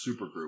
supergroup